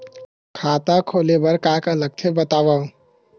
खाता खोले बार का का लगथे बतावव?